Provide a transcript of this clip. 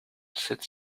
sept